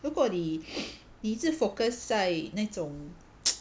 如果你 你是 focus 在那种